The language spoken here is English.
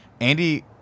Andy